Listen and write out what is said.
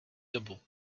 dobu